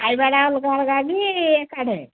ଖାଇବା ଅଲଗା ଅଲଗା କି ଏକା ସାଙ୍ଗେ